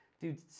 dude